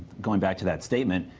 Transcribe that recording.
going back to that so treatment,